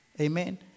Amen